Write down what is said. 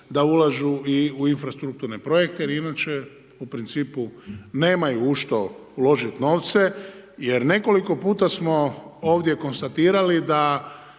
da ulažu i u infrastrukturne projekte jer inače u principu nemaju u što uložiti novce. Jer nekoliko puta smo ovdje konstatirali da